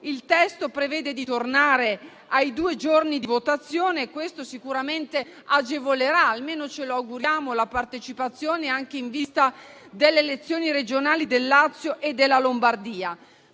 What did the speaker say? Il testo prevede di tornare a due giorni di votazione e questo sicuramente agevolerà la partecipazione - almeno ce lo auguriamo - anche in vista delle elezioni regionali del Lazio e della Lombardia.